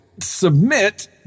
submit